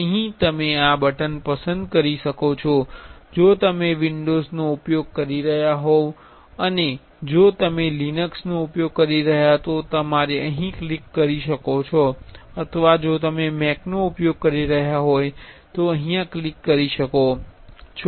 અહીં તમે આ બટન પસંદ કરી શકો છો જો તમે વિંડોઝ નો ઉપયોગ કરી રહ્યાં હોય અને જો તમે લિનક્સ નો ઉપયોગ કરી રહ્યાં હોય તો તમે અહીં ક્લિક કરી શકો છો અથવા જો તમે મેક નો ઉપયોગ કરી રહ્યા હોય તો તમે અહીં ક્લિક કરી શકો છો